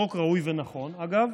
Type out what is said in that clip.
חוק ראוי ונכון, אגב,